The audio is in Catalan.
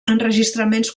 enregistraments